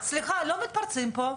גברתי, סליחה, לא מתפרצים פה.